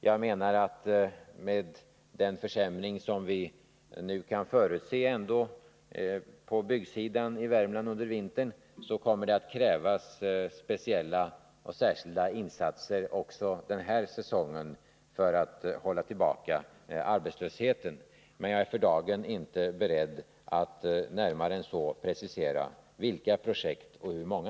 Jag menar att det med den försämring som vi nu kan förutse på byggsidan i Värmland under vintern kommer att krävas speciella insatser också den här säsongen för att hålla tillbaka arbetslösheten. Men jag är för dagen inte beredd att närmare än så precisera vilka projekt och hur många.